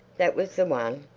that was the one.